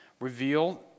reveal